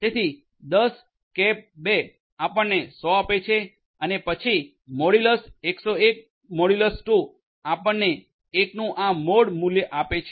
તેથી 10 2 આપણને 100 આપે છે અને પછી મોડયુલસ 101 2 આપણને 1નું આ મોડ મૂલ્ય આપે છે